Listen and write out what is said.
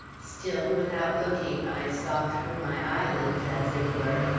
still, without looking, i saw through my eyelids, as it were,